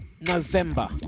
November